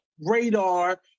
radar